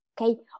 okay